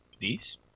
Please